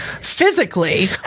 physically